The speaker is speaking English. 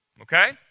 Okay